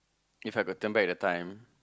If I could turn back the time